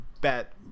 bet